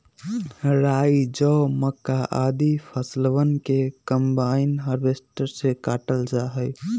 राई, जौ, मक्का, आदि फसलवन के कम्बाइन हार्वेसटर से काटल जा हई